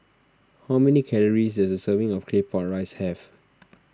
how many calories does a serving of Claypot Rice have